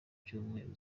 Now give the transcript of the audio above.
cyumweru